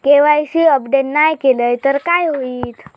KYC update नाय केलय तर काय होईत?